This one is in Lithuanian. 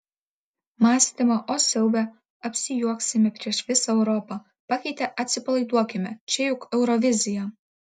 mąstymą o siaube apsijuoksime prieš visą europą pakeitė atsipalaiduokime čia juk eurovizija